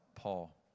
Paul